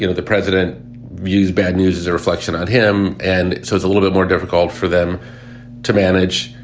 you know the president views bad news as a reflection on him. and so it's a little bit more difficult for them to manage.